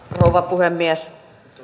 rouva puhemies